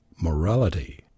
Morality